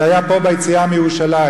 זה היה פה, ביציאה מירושלים.